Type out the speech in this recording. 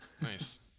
Nice